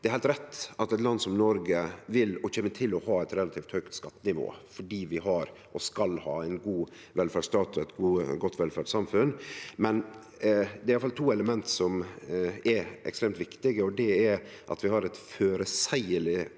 Det er heilt rett at eit land som Noreg vil ha, og kjem til å ha, eit relativt høgt skattenivå fordi vi har, og skal ha, ein god velferdsstat og eit godt velferdssamfunn, men det er iallfall to element som er ekstremt viktige. Det er at vi har eit føreseieleg